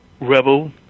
Rebel